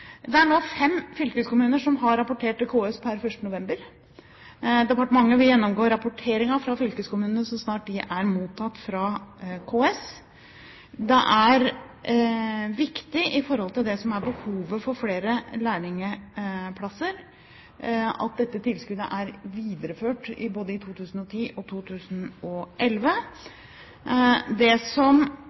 Det er nå fem fylkeskommuner som har rapportert til KS per 1. november. Departementet vil gjennomgå rapporteringen fra fylkeskommunene så snart de er mottatt fra KS. Det er viktig i forhold til det som er behovet for flere lærlingplasser, at dette tilskuddet er videreført både i 2010 og 2011. Det som